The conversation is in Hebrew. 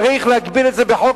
צריך להגביל את זה בחוק,